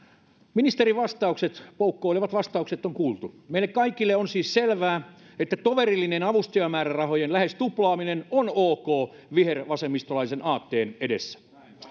ministerin poukkoilevat vastaukset on kuultu meille kaikille on siis selvää että toverillinen avustajamäärärahojen lähes tuplaaminen on ok vihervasemmistolaisen aatteen edessä